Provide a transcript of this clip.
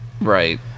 Right